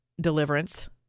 deliverance